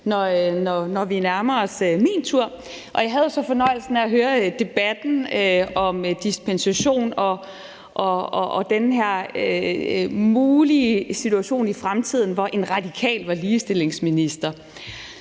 at det bliver min tur. Jeg havde så fornøjelsen af at høre debatten om dispensation og den her mulige situation i fremtiden, hvor en radikal var ligestillingsminister.